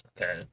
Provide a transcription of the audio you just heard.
Okay